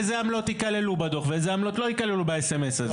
איזה עמלות יכללו בדוח ואיזה עמלות לא יכללו ב-S.M.S הזה.